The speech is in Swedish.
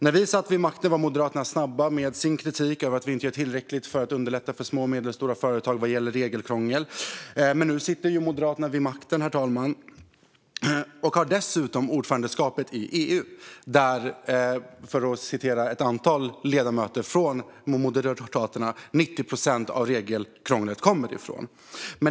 När vi satt vid makten var dock Moderaterna snabba med sin kritik om att vi inte gjorde tillräckligt för att underlätta för små och medelstora företag vad gäller regelkrångel. Men nu sitter ju Moderaterna vid makten, herr talman. Dessutom har man ordförandeskapet i EU, som 90 procent av regelkrånglet kommer från, för att citera ett antal ledamöter från Moderaterna.